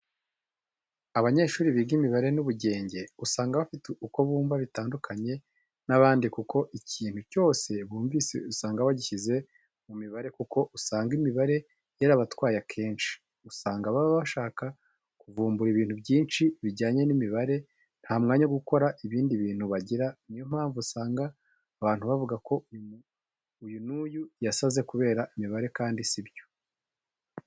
Abanyeshuri biga imibare n'ubugenge usanga bafite uko bumva bitandkanye n'abandi kuko ikintu cyose bumvishe usanga bagishyize mu mibare kuko usanga imibare yarabatwaye akenshi, usanga baba bashaka kuvumbura ibintu byinshi bijyanye n'imibare nta mwanya wo gukora ibindi bintu bagira ni yo mpamvu usanga abantu bavuga ko uyu n'uyu yasaze kubera imibare kandi si byo.